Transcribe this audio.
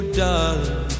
darling